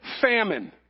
famine